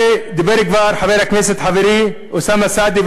כבר דיבר חבר הכנסת חברי אוסאמה סעדי,